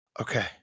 Okay